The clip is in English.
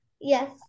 Yes